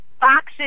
boxes